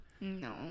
No